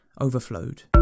overflowed